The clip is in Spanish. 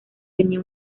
tenía